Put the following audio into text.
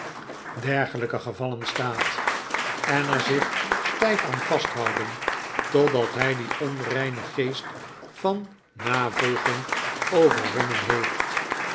dergelpe gevallen staat en er zich stjjf aan vasthouden totdat by dien onreinen geest van navolging overwonnen heeft